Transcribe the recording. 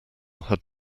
had